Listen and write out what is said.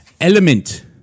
Element